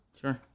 Sure